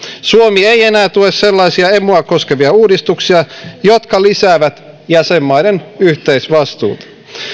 suomi ei enää tue sellaisia emua koskevia uudistuksia jotka lisäävät jäsenmaiden yhteisvastuuta